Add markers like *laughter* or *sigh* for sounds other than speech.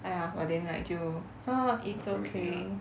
!aiya! but then like 就 *noise* it's okay